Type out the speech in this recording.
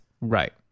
right